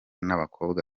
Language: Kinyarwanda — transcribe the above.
n’abakobwa